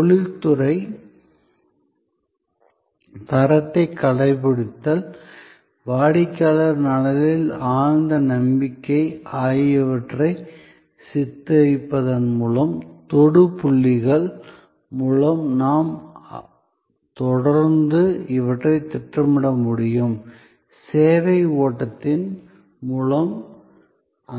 தொழில்முறை தரத்தை கடைபிடித்தல் வாடிக்கையாளர் நலனில் ஆழ்ந்த நம்பிக்கை ஆகியவற்றை சித்தரிப்பதன் மூலம் தொடு புள்ளிகள் மூலம் நாம் தொடர்ந்து இவற்றைத் திட்டமிட முடியும் சேவை ஓட்டத்தின் மூலம்